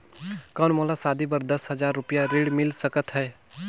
कौन मोला शादी बर दस हजार रुपिया ऋण मिल सकत है?